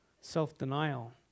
self-denial